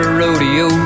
rodeo